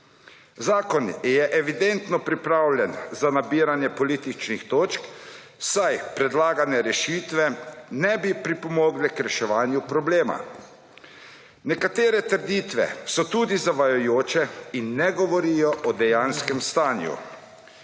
Zakon je evidentno pripravljen za nabiranje političnih točk, saj predlagane rešitve ne bi pripomogle k reševanju problema. Nekatere trditve so tudi zavajajoče in ne govorijo o dejanskem stanju.